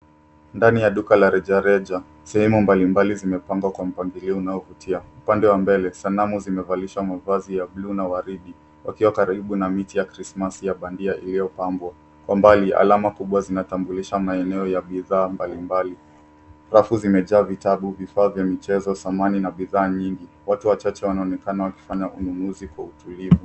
Ndani ya duka la rejareja sehemu mbali mbali zimepangwa kwa mpangilio unaovutia. Upande wa mbele sanamu zimevalishwa mavazi ya buluu na waridi wakiwa karibu na miti ya krismasi ya bandia iliyopambwa. Kwa mbali alama kubwa zinatambulisha maeneo ya bidhaa mbali mbali. Rafu zimejaa vitabu, vifaa vya michezo samani na bidhaa nyingi. Watu wachache wanaonekana wakifanya ununuzi kwa utulivu.